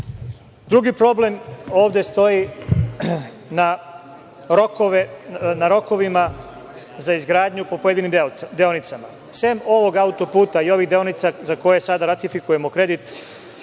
problem ovde stoji na rokovima za izgradnju po pojedinim deonicama. Sem ovog autoputa i ovih deonica za koje sada ratifikujemo kredit,